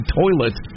toilet